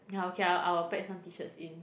yeah okay I'll I'll pack some t-shirts in